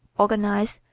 organize,